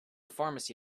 pharmacy